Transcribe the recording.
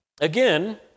again